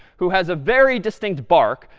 who has a very distinct bark.